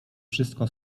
wszystko